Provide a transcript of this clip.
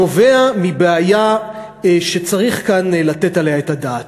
נובע מבעיה שצריך כאן לתת עליה את הדעת: